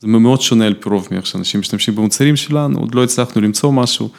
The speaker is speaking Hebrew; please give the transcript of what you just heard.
זה ממאוד שונה על פי רוב מאיך שאנשים משתמשים במוצרים שלנו, עוד לא הצלחנו למצוא משהו.